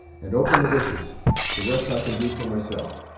and open the bushes the rest i can do for myself.